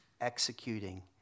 executing